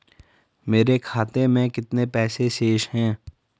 मेरे खाते में कितने पैसे शेष हैं?